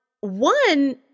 one